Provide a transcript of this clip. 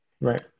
Right